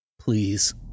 Please